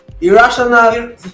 irrational